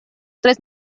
tres